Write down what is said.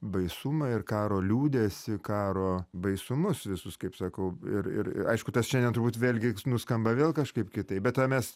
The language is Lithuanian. baisumą ir karo liūdesį karo baisumus visus kaip sakau ir ir aišku tas šiandien turbūt vėlgi nuskamba vėl kažkaip kitaip bet tą mes